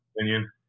opinion